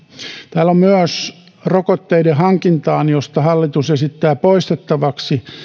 täällä on myös rokotteiden hankintaan josta hallitus esittää poistettavaksi